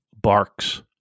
barks